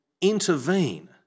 intervene